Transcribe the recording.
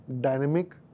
dynamic